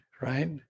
right